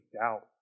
doubt